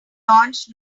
launched